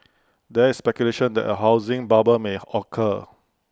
there is speculation that A housing bubble may occur